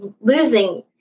losing